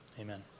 Amen